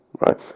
right